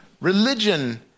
Religion